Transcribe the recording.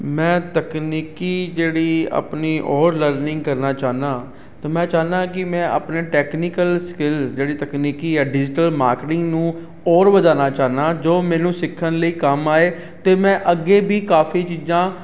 ਮੈਂ ਤਕਨੀਕੀ ਜਿਹੜੀ ਆਪਣੀ ਔਰ ਲਰਨਿੰਗ ਕਰਨਾ ਚਾਹੁੰਦਾ ਅਤੇ ਮੈਂ ਚਾਹੁੰਦਾ ਕਿ ਮੈਂ ਆਪਣੇ ਟੈਕਨੀਕਲ ਸਕਿਲ ਜਿਹੜੀ ਤਕਨੀਕੀ ਹੈ ਡਿਜੀਟਲ ਮਾਰਕੀਟਿੰਗ ਨੂੰ ਹੋਰ ਵਧਾਉਣਾ ਚਾਹੁੰਦਾ ਜੋ ਮੈਨੂੰ ਸਿੱਖਣ ਲਈ ਕੰਮ ਆਏ ਅਤੇ ਮੈਂ ਅੱਗੇ ਵੀ ਕਾਫੀ ਚੀਜ਼ਾਂ